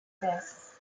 this